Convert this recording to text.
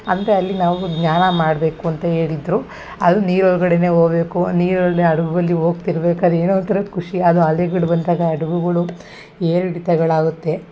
ಅಂದರೆ ಅಲ್ಲಿ ನಾವು ಧ್ಯಾನ ಮಾಡಬೇಕು ಅಂತ ಹೇಳಿದ್ರು ಅಲ್ಲಿ ನೀರು ಒಳ್ಗಡೆಯೇ ಹೋಬೇಕು ನೀರಲ್ಲಿ ಹಡಗು ಅಲ್ಲಿ ಹೋಗ್ತಿರ್ಬೇಕಾರೆ ಏನೋ ಒಂಥರ ಖುಷಿ ಅದು ಅಲೆಗಳು ಬಂದಾಗ ಹಡ್ಗುಗುಳು ಏರಿಳಿತಗಳು ಆಗುತ್ತೆ